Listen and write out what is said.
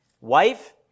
Wife